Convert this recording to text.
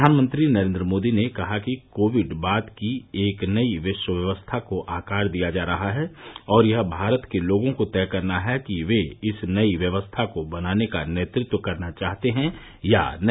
प्रधानमंत्री नरेंद्र मोदी ने कहा कि कोविड बाद की एक नई विश्व व्यवस्था को आकार दिया जा रहा है और यह भारत के लोगों को तय करना है कि वे इस नई व्यवस्था को बनाने का नेतृत्व करना चाहते हैं या नहीं